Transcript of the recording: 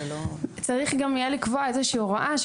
צריך גם יהיה לקבוע איזושהי הוראה,